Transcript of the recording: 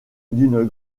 d’une